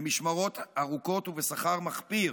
במשמרות ארוכות ובשכר מחפיר,